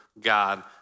God